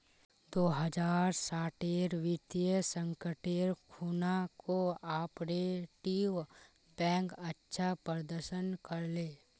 दो हज़ार साटेर वित्तीय संकटेर खुणा कोआपरेटिव बैंक अच्छा प्रदर्शन कर ले